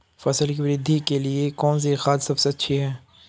फसल की वृद्धि के लिए कौनसी खाद सबसे अच्छी है?